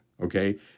okay